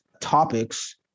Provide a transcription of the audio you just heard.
topics